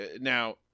Now